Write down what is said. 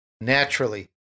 naturally